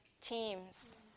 teams